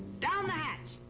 down the hatch!